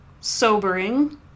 sobering